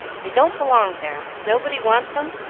they don't belong there, nobody wants em,